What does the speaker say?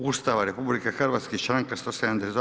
Ustava RH i članka 172.